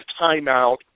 timeout